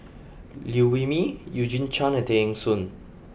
Liew Wee Mee Eugene Chen and Tay Eng Soon